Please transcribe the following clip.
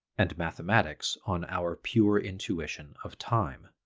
and mathematics on our pure intuition of time.